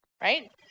right